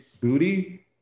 Booty